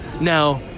Now